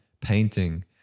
painting